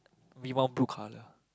we want blue color